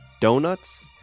Donuts